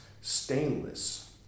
stainless